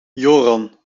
joran